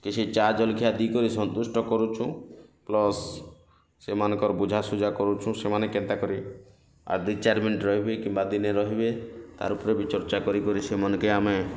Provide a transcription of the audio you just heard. କିିଛି ଚା ଜଲଖିଆ ଦେଇ କରି ସନ୍ତୁଷ୍ଟ କରୁଛୁଁ ପ୍ଲସ୍ ସେମାନଙ୍କର ବୁଝାସୁଝା କରୁଛୁଁ ସେମାନେ କେନ୍ତା କରି ଆର୍ ଦି ଚାରି ମିନିଟ୍ ରହି କି କିମ୍ୱା ଦିନେ ରହିବେ ତାରି ଉପରେ ବି ଚର୍ଚ୍ଚା କରି କରି ସେମାନଙ୍କେ ଆମେ